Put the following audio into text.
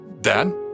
Dad